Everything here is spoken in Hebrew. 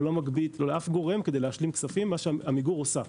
לא למגבית ולא לאף גורם כדי להשלים כספים כמו שעמיגור עושה.